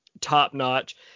top-notch